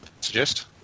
suggest